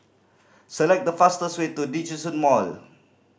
select the fastest way to Djitsun Mall